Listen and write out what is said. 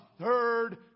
third